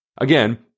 again